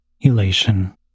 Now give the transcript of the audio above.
elation